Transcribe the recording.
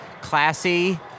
classy